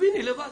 ותביני לבד,